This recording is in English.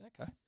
Okay